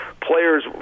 players